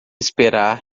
esperar